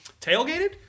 tailgated